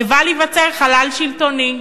לבל ייווצר חלל שלטוני"